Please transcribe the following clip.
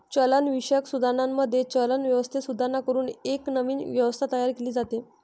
चलनविषयक सुधारणांमध्ये, चलन व्यवस्थेत सुधारणा करून एक नवीन व्यवस्था तयार केली जाते